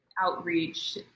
outreach